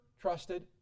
trusted